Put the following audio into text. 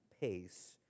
pace